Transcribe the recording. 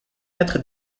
être